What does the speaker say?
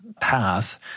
path